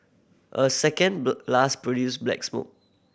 a second blast produced black smoke